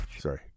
Sorry